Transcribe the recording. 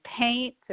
paint